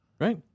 Right